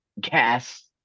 gas